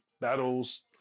battles